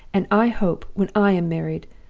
and i hope, when i am married,